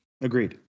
Agreed